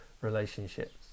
relationships